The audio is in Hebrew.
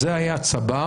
אז זה היה צבר.